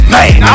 Man